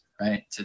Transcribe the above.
right